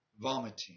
vomiting